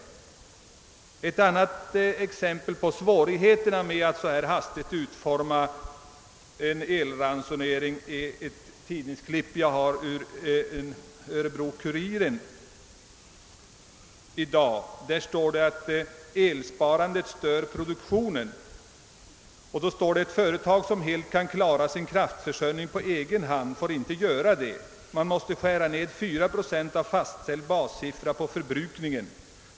Ett annat exempel på svårigheterna med att hastigt utforma en elransonering ges i en artikel i Nerikes Allehanda i dag under rubriken »Elsparandet stör produktionen». Jag citerar ur den: »Ett företag som helt kan klara sin kraftförsörjning på egen hand får inte göra det. Man måste skära ned fyra procent av fastställd bassiffra på förbrukningen.